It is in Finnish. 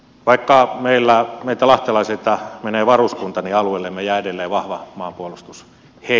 vaikka meiltä lahtelaisilta menee varuskunta niin alueellemme jää edelleen vahva maanpuolustushenki